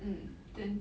mm then